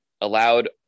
allowed